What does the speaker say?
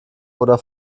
oder